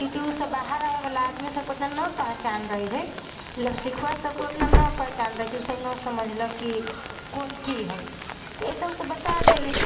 किएक कि उ सभ तऽ बाहर रहैवला आदमीके नहि पहिचान रहै छै नव सिखुआ सभके न उतना पहचान रहै छै उ सभ नहि समझलक कि कोन कि है तऽ इसभ बता देलीह